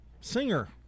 singer